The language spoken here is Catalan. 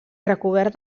recobert